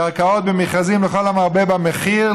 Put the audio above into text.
של קרקעות במכרזים לכל המרבה במחיר,